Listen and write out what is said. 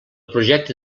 projecte